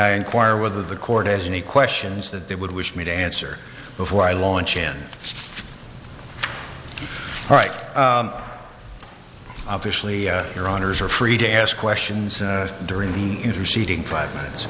i inquire whether the court has any questions that they would wish me to answer before i launch in right obviously your honour's are free to ask questions during the interceding five minutes